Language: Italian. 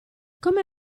come